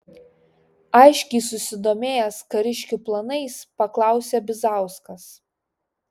aiškiai susidomėjęs kariškių planais paklausė bizauskas